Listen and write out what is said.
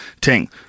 Ting